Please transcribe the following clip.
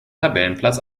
tabellenplatz